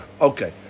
okay